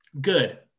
Good